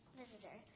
visitor